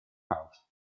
house